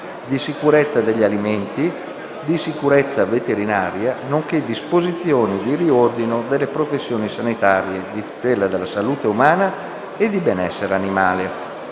di sicurezza degli alimenti, di sicurezza veterinaria, nonché disposizioni di riordino delle professioni sanitarie, di tutela della salute umana e di benessere animale***